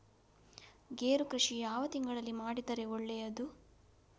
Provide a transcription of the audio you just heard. ಗೇರು ಕೃಷಿ ಯಾವ ತಿಂಗಳಲ್ಲಿ ಮಾಡಿದರೆ ಒಳ್ಳೆಯದು?